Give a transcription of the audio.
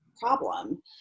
problem